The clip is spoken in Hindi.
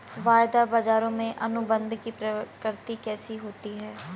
वायदा बाजारों में अनुबंध की प्रकृति कैसी होती है?